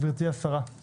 גברתי השרה,